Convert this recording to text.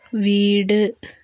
വീട്